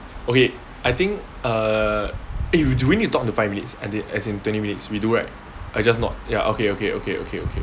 okay I think uh eh do we need to talk to five minutes as in as in twenty minutes we do right I just not ya okay okay okay okay okay